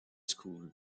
school